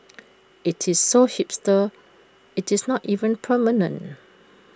IT is so hipster IT is not even permanent